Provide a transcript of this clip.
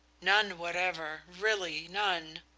none whatever really none,